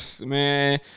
man